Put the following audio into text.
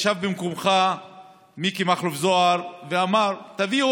ישב במקומך מיקי מכלוף זוהר ואמר: תביאו